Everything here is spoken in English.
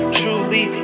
truly